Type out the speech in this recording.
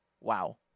wow